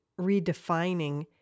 redefining